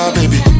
baby